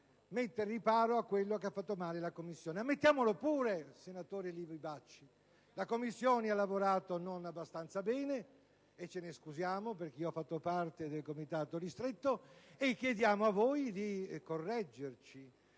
mettere riparo a quello che ha fatto male la Commissione. Ammettiamolo pure, senatore Livi Bacci. La Commissione non ha lavorato abbastanza bene, e ce ne scusiamo - ho fatto parte del Comitato ristretto - e chiediamo a voi di correggerci,